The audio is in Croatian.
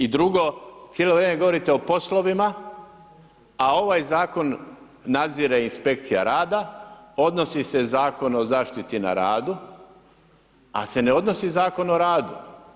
I drugo, cijelo vrijeme govorite o poslovima a ovaj zakon nadzire inspekcija rada, odnosi se Zakon o zaštiti na radu ali se ne odnosi Zakon o radu.